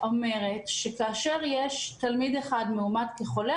אומרת שכאשר יש תלמיד אחד מאומת כחולה,